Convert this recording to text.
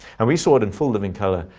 and we saw it in full living color.